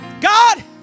God